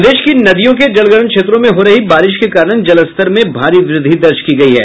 प्रदेश की नदियों के जलग्रहण क्षेत्रों में हो रही बारिश के कारण जलस्तर में भारी वृद्धि दर्ज की गयी है